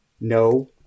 No